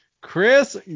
Chris